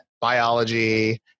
biology